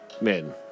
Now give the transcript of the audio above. men